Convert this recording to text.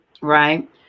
right